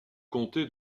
comté